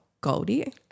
Goldie